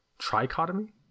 trichotomy